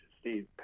Steve